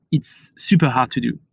it's super hard to do.